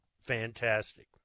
Fantastic